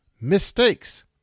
mistakes